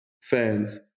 fans